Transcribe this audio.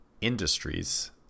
Industries